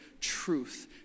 truth